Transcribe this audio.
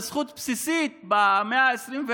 לזכות בסיסית במאה ה-21,